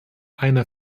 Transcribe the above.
einer